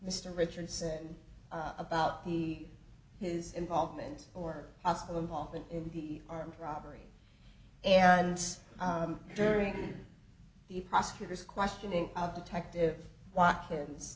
mr richardson about the his involvement or possible involvement in the armed robbery and during the prosecutor's questioning of detective watkins